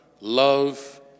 love